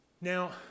Now